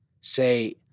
Say